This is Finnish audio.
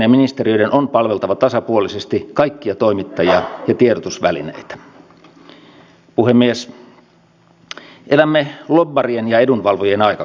niin kuin sanoin meistä ei kukaan tiedä mistä nämä turvapaikanhakijat ovat lähteneet minkälaisista olosuhteista